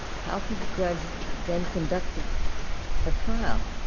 how could the judge then conduct and a trial?